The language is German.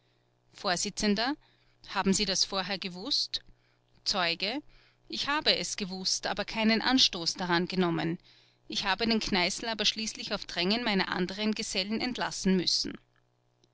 vors haben sie das vorher gewußt zeuge ich habe es gewußt aber keinen anstoß daran genommen ich habe den kneißl aber schließlich auf drängen meiner anderen gesellen entlassen müssen